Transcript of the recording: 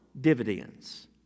dividends